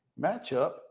matchup